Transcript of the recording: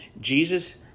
Jesus